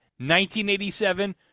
1987